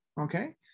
Okay